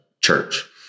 church